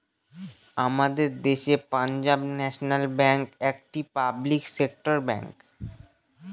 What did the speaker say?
আমাদের দেশের Punjab National Bank একটি পাবলিক সেক্টর ব্যাঙ্ক